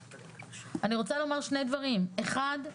אחד,